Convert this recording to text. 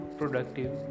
productive